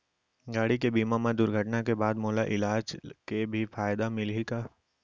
गाड़ी के बीमा मा दुर्घटना के बाद मोला इलाज के भी फायदा मिलही का?